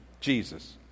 Jesus